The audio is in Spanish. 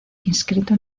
inscrito